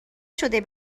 شده